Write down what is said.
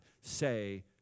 say